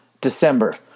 December